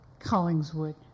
Collingswood